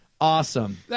Awesome